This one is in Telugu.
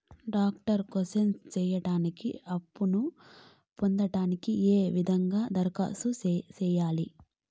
డాక్టర్ కోర్స్ సేయడానికి అప్పును పొందడానికి ఏ విధంగా దరఖాస్తు సేయాలి?